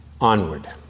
Onward